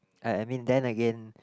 I I mean then again